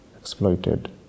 exploited